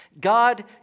God